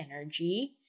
energy